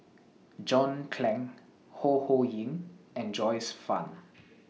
John Clang Ho Ho Ying and Joyce fan